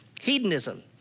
hedonism